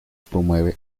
promueve